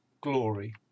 glory